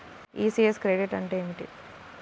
ECS credit అంటే ఏమిటి?